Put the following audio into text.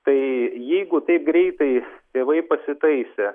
tai jeigu taip greitai tėvai pasitaisė